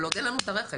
עוד אין לנו הרכב.